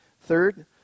Third